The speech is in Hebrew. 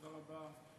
תודה רבה.